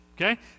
okay